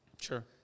Sure